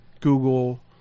Google